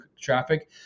traffic